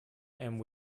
and